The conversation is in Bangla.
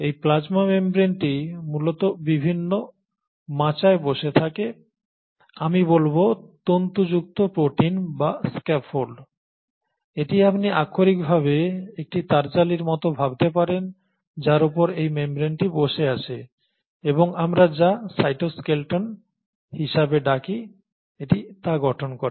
এই প্লাজমা মেমব্রেনটি মূলত বিভিন্ন মাচায় বসে থাকে আমি বলব তন্তুযুক্ত প্রোটিন বা স্ক্যাফোল্ড এটি আপনি আক্ষরিকভাবে একটি তারজালির মতো ভাবতে পারেন যার ওপর এই মেমব্রেনটি বসে আছে এবং আমরা যা সাইটোস্কেলটন হিসাবে ডাকি এটি তা গঠন করে